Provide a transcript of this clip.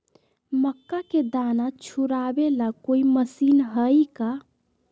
मक्का के दाना छुराबे ला कोई मशीन हई का?